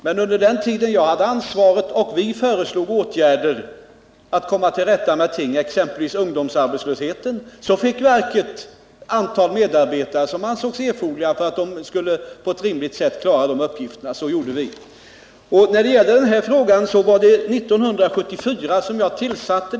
Men under den tid jag hade ansvaret och vi föreslog åtgärder för att komma till rätta med exempelvis ungdomsarbetslösheten, fick verket det antal medarbetare som ansågs erforderligt för att man på ett rimligt sätt skulle klara uppgifterna. Så gjorde vi. Jag tillsatte sysselsättningsutredningen 1974.